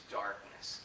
darkness